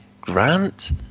Grant